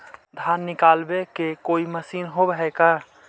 धान निकालबे के कोई मशीन होब है का?